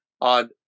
on